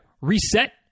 reset